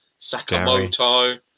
Sakamoto